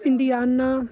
indiana